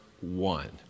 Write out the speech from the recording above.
one